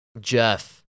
Jeff